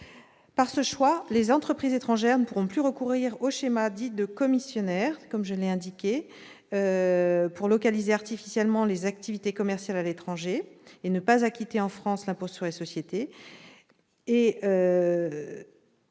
Par ce choix, les entreprises étrangères ne pourront plus recourir au schéma dit « de commissionnaire » pour localiser artificiellement leurs activités commerciales à l'étranger et ne pas acquitter l'impôt sur les sociétés